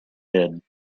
did